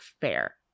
fair